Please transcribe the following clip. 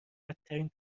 بدترین